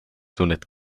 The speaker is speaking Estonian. tunned